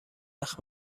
وقت